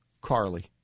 Carly